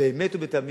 באמת ובתמים